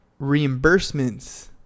reimbursements